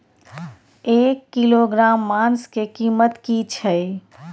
एक किलोग्राम मांस के कीमत की छै?